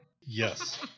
Yes